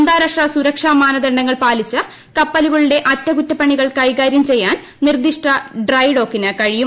അന്താരാഷ്ട്ര സുരക്ഷാ മാനദണ്ഡങ്ങൾ പാലിച്ച് കപ്പലുകളുടെ അറ്റകുറ്റപ്പണികൾ കൈകാര്യം ചെയ്യാൻ നിർദ്ദിഷ്ട ഡ്രൈഡോക്കിന് കഴിയും